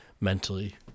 mentally